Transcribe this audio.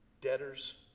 debtors